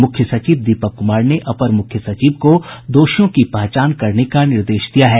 मुख्य सचिव दीपक कुमार ने अपर मुख्य सचिव को दोषियों की पहचान करने का निर्देश दिया है